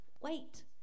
Wait